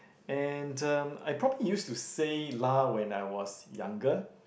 and um I probably used to say lah when I was younger